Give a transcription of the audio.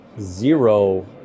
zero